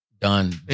done